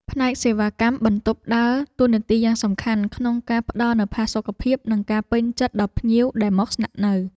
ផ្នែកសេវាកម្មបន្ទប់ដើរតួនាទីយ៉ាងសំខាន់ក្នុងការផ្តល់នូវផាសុកភាព និងការពេញចិត្តដល់ភ្ញៀវដែលមកស្នាក់នៅ។